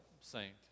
Saint